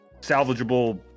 salvageable